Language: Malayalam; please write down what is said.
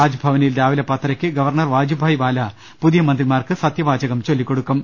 രാജ്ഭവനിൽ രാവിലെ പത്തരക്ക് ഗവർണർ വാജുഭായ് വാല പുതിയ മന്ത്രിമാർക്ക് സത്യവാചകം ചൊല്ലിക്കൊടുക്കും